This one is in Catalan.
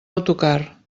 autocar